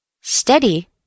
Steady